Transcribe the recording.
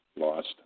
lost